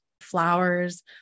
flowers